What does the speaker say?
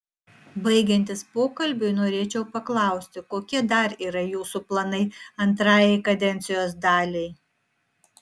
baigiantis pokalbiui norėčiau paklausti kokie dar yra jūsų planai antrajai kadencijos daliai